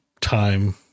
time